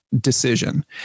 decision